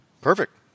Perfect